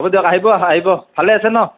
হ'ব দিয়ক আহিব আহিব ভালে আছে ন